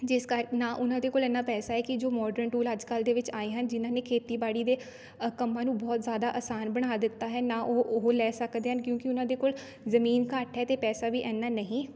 ਜਿਸ ਕਰਕੇ ਨਾ ਉਹਨਾਂ ਦੇ ਕੋਲ ਇੰਨਾ ਪੈਸਾ ਹੈ ਕਿ ਜੋ ਮੋਡਰਨ ਟੂਲ ਅੱਜ ਕੱਲ੍ਹ ਦੇ ਵਿੱਚ ਆਏ ਹਨ ਜਿਨਾਂ ਨੇ ਖੇਤੀਬਾੜੀ ਦੇ ਕੰਮਾਂ ਨੂੰ ਬਹੁਤ ਜ਼ਿਆਦਾ ਆਸਾਨ ਬਣਾ ਦਿੱਤਾ ਹੈ ਨਾ ਉਹ ਉਹ ਲੈ ਸਕਦੇ ਹਨ ਕਿਉਂਕਿ ਉਹਨਾਂ ਦੇ ਕੋਲ ਜ਼ਮੀਨ ਘੱਟ ਹੈ ਅਤੇ ਪੈਸਾ ਵੀ ਇੰਨਾ ਨਹੀਂ